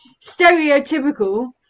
Stereotypical